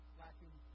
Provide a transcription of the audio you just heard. lacking